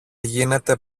γίνεται